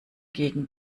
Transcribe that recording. gegen